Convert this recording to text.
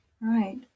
right